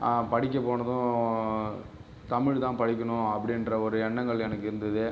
படிக்கப் போனதும் தமிழ் தான் படிக்கணும் அப்படின்ற ஒரு எண்ணங்கள் எனக்கு இருந்தது